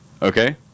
Okay